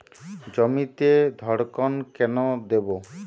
জমিতে ধড়কন কেন দেবো?